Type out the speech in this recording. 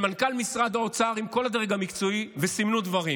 מנכ"ל משרד האוצר וכל הדרג המקצועי סימנו דברים.